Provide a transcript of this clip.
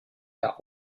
der